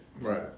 Right